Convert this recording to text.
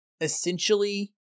essentially